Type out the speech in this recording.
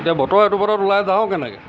এতিয়া বতৰ এইটো বতৰত ওলাই যাওঁ কেনেকৈ